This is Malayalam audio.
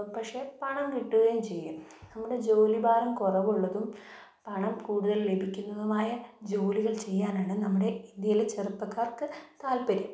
പക്ഷെ പണം കിട്ടുകയും ചെയ്യും നമ്മുടെ ജോലിഭാരം കുറവുള്ളതും പണം കൂടുതൽ ലഭിക്കുന്നതുമായ ജോലികൾ ചെയ്യാനാണ് നമ്മുടെ ഇന്ത്യയിലെ ചെറുപ്പക്കാർക്ക് താൽപ്പര്യം